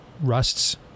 rusts